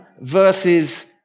versus